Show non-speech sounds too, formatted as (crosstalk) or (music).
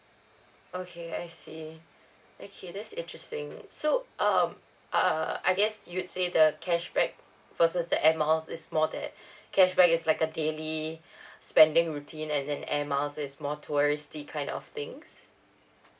okay I see okay that's interesting so um err I guess you'd say the cashback versus the air mile is more that cashback is like a daily (breath) spending routine and then air miles is more touristy kind of things